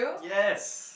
yes